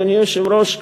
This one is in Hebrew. אדוני היושב-ראש.